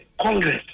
Congress